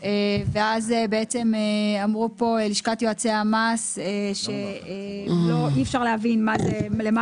ואז אמרו פה מלשכת יועצי המס שאי אפשר להבין למה